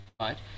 right